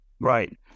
Right